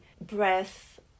breath